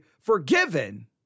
forgiven